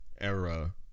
era